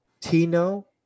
Tino